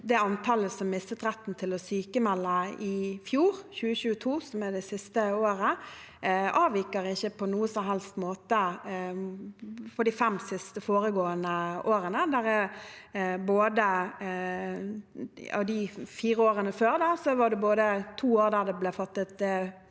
antallet som mistet retten til å sykmelde i 2022, som er det siste året, avviker ikke på noen som helst måte fra de fem foregående årene. Av de fire årene før var det to år da det ble fattet